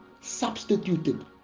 substituted